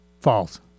False